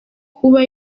kuba